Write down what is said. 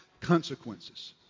consequences